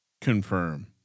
Confirm